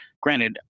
granted